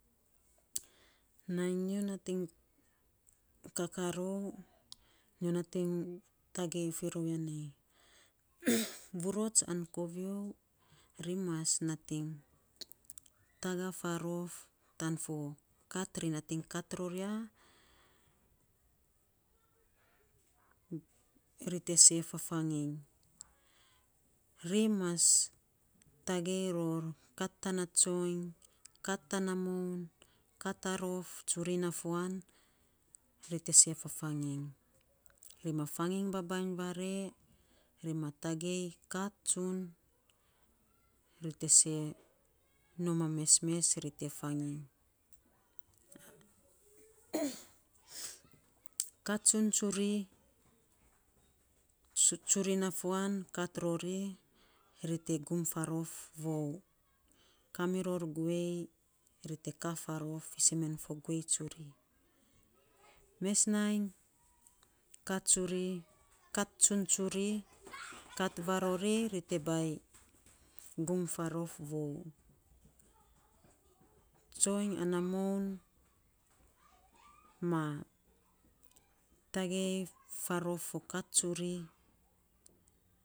Nainy nyo nating kaka rou, nyo nating tagei firou ya nei vurots an kovio mas nating fagaa faarof tan fo kat nating kat ror ya, ri te see fafaging, ri mas tagei ror kat tana tsoiny kat tana moun, kat ta rof tsuri na fuan, ri te see fafaging, ri ma faging babainy vaare, ri te see nom a mesmes, ri te see fafaging kat tsuri tsuri na faun kat rori ri te gumfaarof vou, kamiror guei ri te kaa faarof fiisen men guei tsuri, mes nainy ka tsuri, kat tsun tsuri ri te baing gum faarof vou, tsoiny ana moun ma tagei faarof fo kat tsuri.